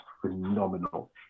phenomenal